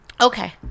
Okay